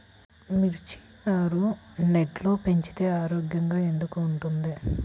మిర్చి నారు నెట్లో పెంచితే ఆరోగ్యంగా ఎందుకు ఉంటుంది?